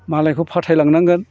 मालायखौ फाथायलांनांगोन